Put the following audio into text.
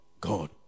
god